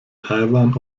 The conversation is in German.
taiwan